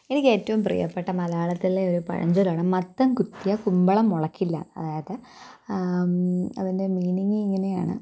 എനിക്കേറ്റവും പ്രിയപ്പെട്ട മലയാളത്തിലെ ഒരു പഴഞ്ചൊല്ലാണ് മത്തന് കുത്തിയാൽ കുമ്പളം മുളയ്ക്കില്ല അതായത് അതിന്റെ മീനിങ്ങ് ഇങ്ങനെയാണ്